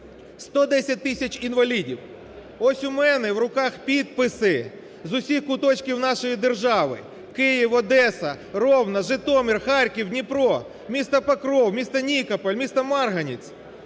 110 тисяч інвалідів. Ось у мене в руках підписи з усіх куточків нашої держави: Київ, Одеса, Рівне, Житомир, Харків, Дніпро, місто Покров, місто Нікополь, місто Марганець